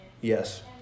Yes